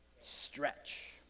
Stretch